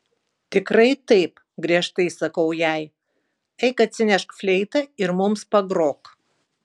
tikrai taip griežtai sakau jai eik atsinešk fleitą ir mums pagrok